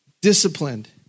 disciplined